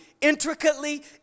intricately